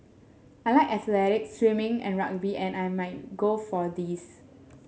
I like athletics swimming and rugby and I might go for these